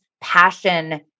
passion